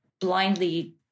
blindly